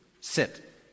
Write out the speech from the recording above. sit